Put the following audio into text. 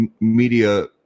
media